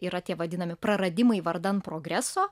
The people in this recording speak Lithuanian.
yra tie vadinami praradimai vardan progreso